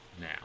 now